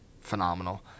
phenomenal